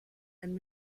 and